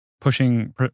pushing